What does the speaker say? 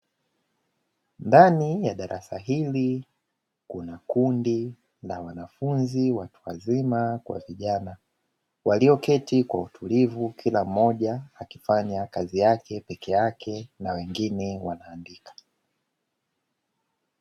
Ndani ya darasa hili kuna kundi la wanafunzi watu wazima kwa vijana, walioketi kwa utulivu kila mmoja akifanya kazi yake pekeyake na wengine wanaandika.